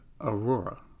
Aurora